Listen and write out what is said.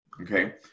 Okay